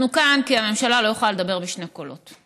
אנחנו כאן כי הממשלה לא יכולה לדבר בשני קולות.